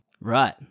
Right